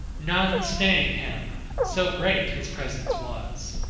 none staying him, so great his presence was.